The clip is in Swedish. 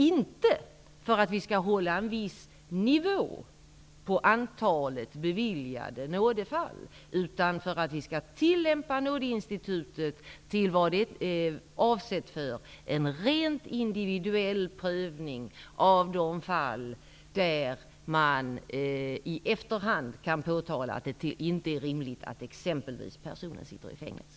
Inte för att vi skall hålla en viss nivå på antalet beviljade nådefall, utan för att vi skall tillämpa nådeinstitutet på det sätt som det är avsett, som en rent individuell prövning av de fall där man i efterhand kan påtala att det inte är rimligt att personen exempelvis sitter i fängelse.